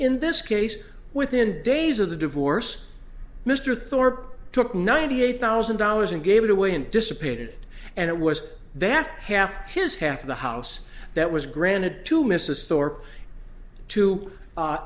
in this case within days of the divorce mr thorpe took ninety eight thousand dollars and gave it away and dissipated and it was that half his half of the house that was granted to mrs thorpe to